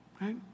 right